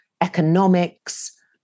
economics